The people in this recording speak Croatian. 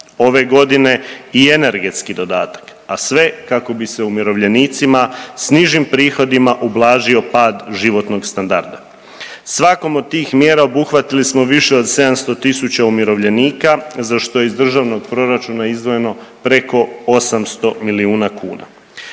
ove godine i energetski dodatak, a sve kako bi se umirovljenicima s nižim prihodima ublažio pad životnog standarda. Svakom od tih mjera obuhvatili smo više od 700 tisuća umirovljenika za što je iz državnog proračuna izdvojeno preko 800 milijuna kuna.